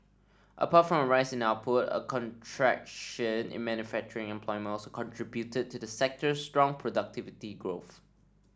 apart from a rise in output a contraction in manufacturing employment also contributed to the sector's strong productivity growth